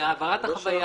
ובהעברת החוויה.